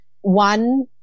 one